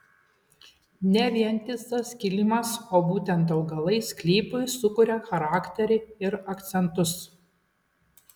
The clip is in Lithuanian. ne vientisas kilimas o būtent augalai sklypui sukuria charakterį ir akcentus